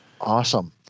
awesome